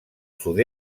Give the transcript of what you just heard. sud